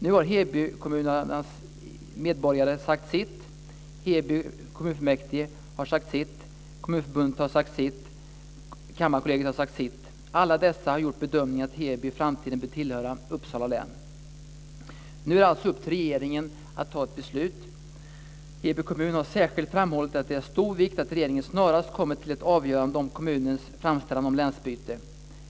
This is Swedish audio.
Nu har Heby kommuns medborgare sagt sitt. Heby kommunfullmäktige har sagt sitt. Kommunförbundet har sagt sitt. Kammarkollegiet har sagt sitt. Alla dessa har gjort bedömningen att Heby i framtiden bör tillhöra Uppsala län. Nu är det alltså upp till regeringen att fatta beslut. Heby kommun har särskilt framhållit att det är av stor vikt att regeringen snarast kommer till ett avgörande om kommunens framställan av länsbyte.